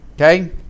Okay